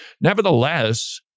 Nevertheless